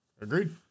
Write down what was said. Agreed